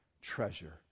treasure